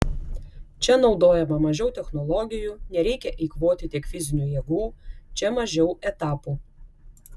čia naudojama mažiau technologijų nereikia eikvoti tiek fizinių jėgų čia mažiau etapų